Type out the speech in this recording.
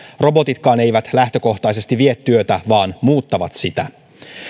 robotitkaan eivät lähtökohtaisesti vie työtä vaan muuttavat sitä